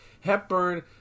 Hepburn